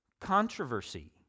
controversy